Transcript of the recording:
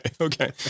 Okay